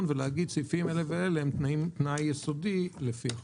ולהגיד: סעיפים אלה ואלה הם תנאי יסודי לפי החוק.